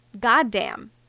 Goddamn